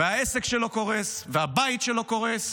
והעסק שלו קורס והבית שלו קורס,